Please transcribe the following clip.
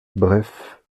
bref